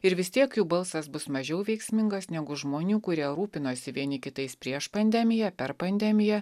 ir vis tiek jų balsas bus mažiau veiksmingas negu žmonių kurie rūpinosi vieni kitais prieš pandemiją per pandemiją